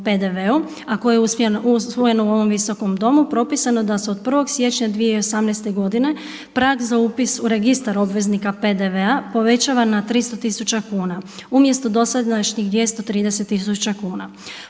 a koji je usvojen u ovom Visokom domu propisano je da se od 1. siječnja 2018. godine prag za upis u Registar obveznika PDV-a povećava na 300 tisuća kuna, umjesto dosadašnjih 230 tisuća kuna.